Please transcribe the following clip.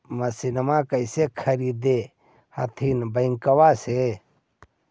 मसिनमा कैसे खरीदे हखिन बैंकबा से?